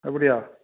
அப்படியா